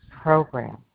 program